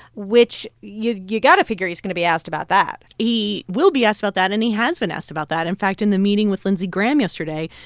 which you've got to figure he's going to be asked about that he will be asked about that, and he has been asked about that. in fact, in the meeting with lindsey graham yesterday,